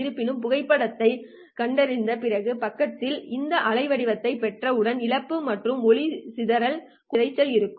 இருப்பினும் புகைப்படத்தை கண்டறிந்த பிறகு பக்கத்தில் இந்த அலை வடிவத்தை பெற்றவுடன் இழப்பு மற்றும் வண்ண சிதறலுடன் கூடுதலாக இரைச்சல் இருக்கும்